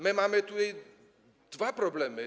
Mamy tutaj dwa problemy.